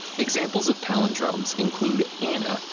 examples of palindromes include anna,